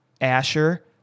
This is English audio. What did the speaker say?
Asher